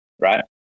Right